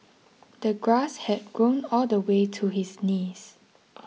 the grass had grown all the way to his knees